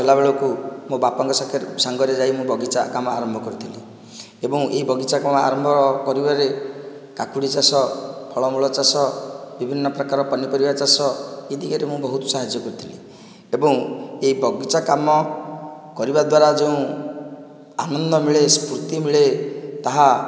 ହେଲା ବେଳକୁ ମୋ' ବାପାଙ୍କ ସାଙ୍ଗରେ ଯାଇ ମୁଁ ବଗିଚା କାମ ଆରମ୍ଭ କରିଥିଲି ଏବଂ ଏହି ବଗିଚା ଆରମ୍ଭ କରିବାରେ କାକୁଡ଼ି ଚାଷ ଫଳମୂଳ ଚାଷ ବିଭିନ୍ନ ପ୍ରକାର ପନିପରିବା ଚାଷ ଏ ଦିଗରେ ମୁଁ ବହୁତ ସାହାଯ୍ୟ କରିଥିଲି ଏବଂ ଏହି ବଗିଚା କାମ କରିବା ଦ୍ୱାରା ଯେଉଁ ଆନନ୍ଦ ମିଳେ ସ୍ପୃତି ମିଳେ ତାହା